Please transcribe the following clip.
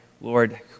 Lord